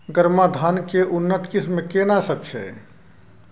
गरमा धान के उन्नत किस्म केना सब छै?